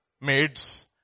maids